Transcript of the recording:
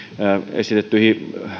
esitettyihin